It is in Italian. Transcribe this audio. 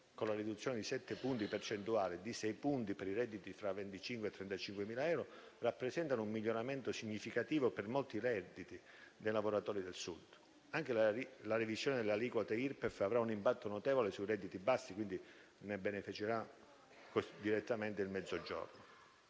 con la riduzione di sette punti percentuali e di sei punti per i redditi fra 25.000 e 35.000 euro rappresentano un miglioramento significativo per molti redditi dei lavoratori del Sud. Anche la revisione delle aliquote Irpef avrà un impatto notevole sui redditi bassi, quindi ne beneficerà direttamente il Mezzogiorno.